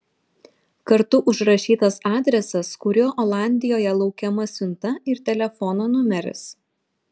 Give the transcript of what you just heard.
kartu užrašytas adresas kuriuo olandijoje laukiama siunta ir telefono numeris